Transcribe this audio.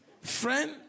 friend